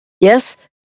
yes